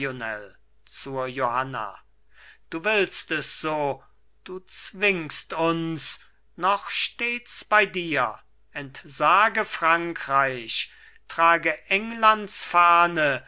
zur johanna du willst es so du zwingst uns noch stehts bei dir entsage frankreich trage englands fahne